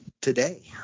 today